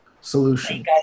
solution